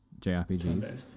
JRPGs